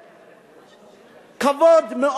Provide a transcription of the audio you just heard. כבוד,